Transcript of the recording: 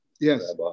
Yes